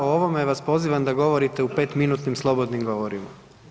O ovome vas pozivam da govorite u 5-minutnim slobodnim govorima.